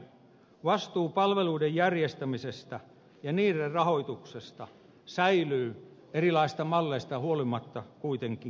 vastuu palveluiden järjestämisestä ja niiden rahoituksesta säilyy erilaisista malleista huolimatta kuitenkin kunnilla